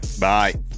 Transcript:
Bye